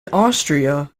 austria